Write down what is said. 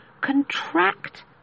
contract